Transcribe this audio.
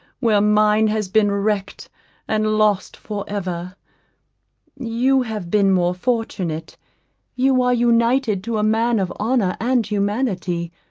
where mine has been wrecked and lost for ever you have been more fortunate you are united to a man of honour and humanity,